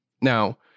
Now